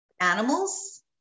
animals